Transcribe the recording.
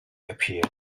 appeared